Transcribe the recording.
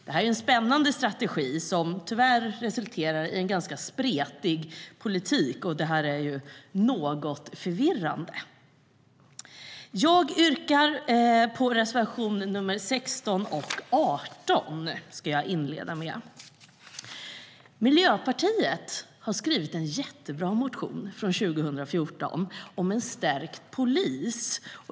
Det är en spännande strategi som tyvärr resulterar i en ganska spretig politik, och det är något förvirrande. Miljöpartiet har en jättebra motion från 2014 om en stärkt polis.